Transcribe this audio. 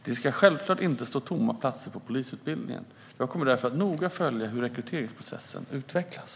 Det ska självklart inte stå platser tomma på polisutbildningen. Jag kommer därför att noga följa hur rekryteringsprocessen utvecklas.